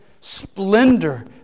splendor